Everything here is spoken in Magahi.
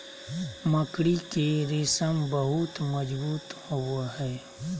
मकड़ी के रेशम बहुत मजबूत होवो हय